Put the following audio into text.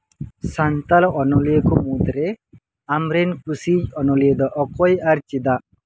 ᱥᱟᱱᱛᱟᱲ ᱚᱱᱚᱞᱤᱭᱟᱹ ᱠᱚ ᱢᱩᱫᱽ ᱨᱮ ᱟᱢᱨᱮᱱ ᱠᱩᱥᱤᱭᱤᱡ ᱚᱱᱚᱞᱤᱭᱟᱹ ᱫᱚ ᱚᱠᱚᱭ ᱟᱨ ᱪᱮᱫᱟᱜ